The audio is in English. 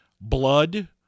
blood